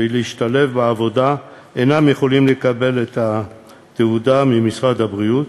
ולהשתלב בעבודה אינם יכולים לקבל את התעודה ממשרד הבריאות